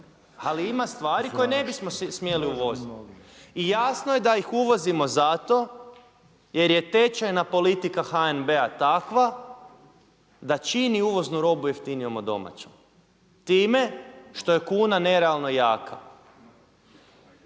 ali ima stvari koje ne bismo smjeli uvoziti. I jasno je da ih uvozimo zato jer je tečajna politika HNB-a takva da čini uvoznu robu jeftinijom od domaće time što je kuna nerealno jaka.